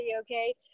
Okay